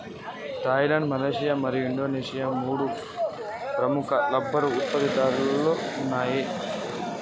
Thailand, Malaysia మరియు Indonesia మూడు ప్రముఖ రబ్బరు ఉత్పత్తిదారులలో ఉన్నాయి